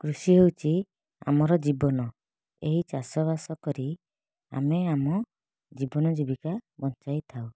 କୃଷି ହେଉଛି ଆମର ଜୀବନ ଏହି ଚାଷବାସ କରି ଆମେ ଆମ ଜୀବନ ଜୀବିକା ବଞ୍ଚାଇ ଥାଉ